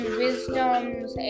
wisdoms